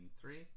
three